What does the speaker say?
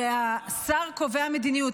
הרי השר קובע מדיניות,